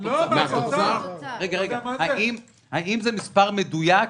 רגע, האם זה מספר מדויק?